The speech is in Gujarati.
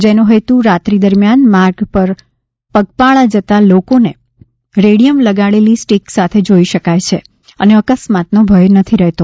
જેનો હેતુ રાત્રિ દરમિયાન માર્ગ પર પગપાળા જતા લોકોને રેડિયમ લગાડેલી સ્ટિક સાથે જોઈ શકાય છે અને અકસ્માતનો ભય નથી રહેતો